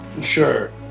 Sure